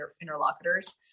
interlocutors